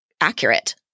accurate